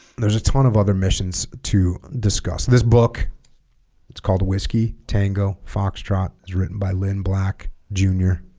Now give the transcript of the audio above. there's a ton of other missions to discuss this book it's called whiskey tango foxtrot is written by lynn black jr